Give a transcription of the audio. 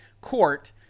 court